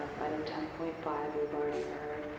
and item ten point five, we've already heard.